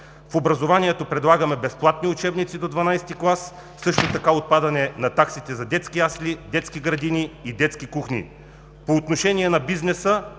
В образованието предлагаме безплатни учебници до ХII клас, а също така отпадане на таксите за детски ясли, детски градини и детски кухни. По отношение на бизнеса